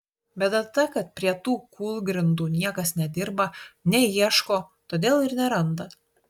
bėda ta kad prie tų kūlgrindų niekas nedirba neieško todėl ir neranda